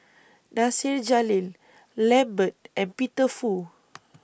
Nasir Jalil Lambert and Peter Fu